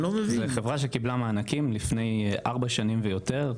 זו חברה שקיבלה מענקים לפני 4 שנים ויותר,